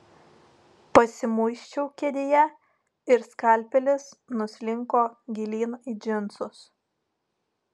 pasimuisčiau kėdėje ir skalpelis nuslinko gilyn į džinsus